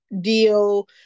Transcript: deal